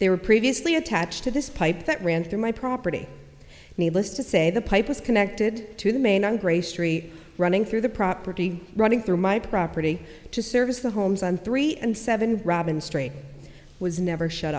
they were previously attached to this pipe that ran through my property needless to say the pipe was connected to the main on gray street running through the property running through my property to service the homes on three and seven robin straight was never shut